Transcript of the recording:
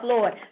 Lord